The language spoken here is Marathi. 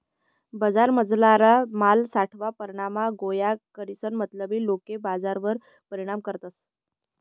बजारमझारला माल सावठा परमाणमा गोया करीसन मतलबी लोके बजारवर परिणाम करतस